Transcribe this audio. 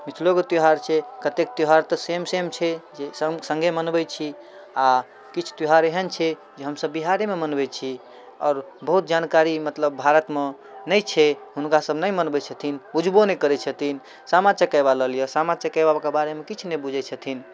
मिथिलो के त्यौहार छै कतेक त्यौहार तऽ सेम सेम छै जे संगे मनबै छी आ किछु त्यौहार एहन छै जे हमसब बिहारेमे मनबै छी आओर बहुत जानकारी मतलब भारत मऽ नै छै हुनका सब नै मनबै छथिन बुझबो नै करै छथिन सामा चकेबा ल लिए सामा चकेबा के बारे मे किछ नै बुझै छथिन